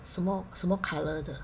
什么什么 colour 的